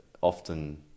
often